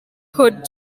hood